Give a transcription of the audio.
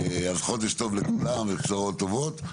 חודש טוב לכולם, ובשורות טובות.